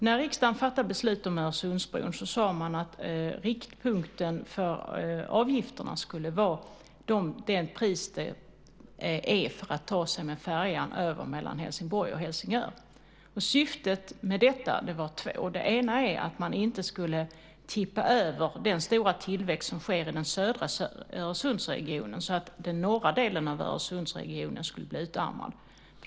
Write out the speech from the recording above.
När riksdagen fattade beslut om Öresundsbron sade man att riktpunkten för avgifterna skulle vara det som det kostar att ta sig med färja mellan Helsingborg och Helsingör. Syftet med detta var två. Det ena var att man inte skulle tippa över den stora tillväxt som sker i den södra Öresundsregionen så att den norra delen av Öresundsregionen skulle bli utarmad.